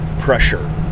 pressure